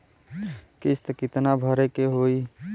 किस्त कितना भरे के होइ?